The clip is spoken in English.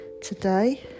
today